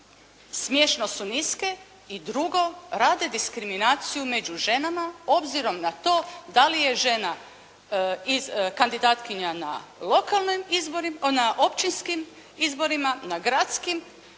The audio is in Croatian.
Smiješno su niske. I drugo, rade diskriminaciju među ženama obzirom na to da li je žena kandidatkinja na općinskim izborima, na gradskim